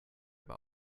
aber